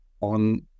on